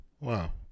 wow